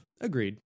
Agreed